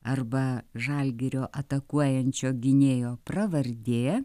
arba žalgirio atakuojančio gynėjo pravardė